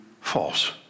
false